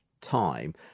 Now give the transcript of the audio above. time